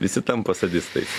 visi tampa sadistais